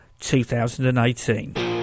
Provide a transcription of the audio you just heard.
2018